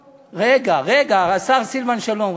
רגע, רגע, השר סילבן שלום.